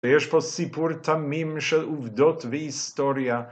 ויש פה סיפור תמים של עובדות והיסטוריה.